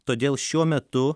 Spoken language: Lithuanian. todėl šiuo metu